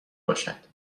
باشد